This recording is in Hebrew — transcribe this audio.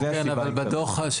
זו הסיבה לכך.